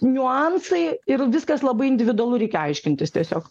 niuansai ir viskas labai individualu reikia aiškintis tiesiog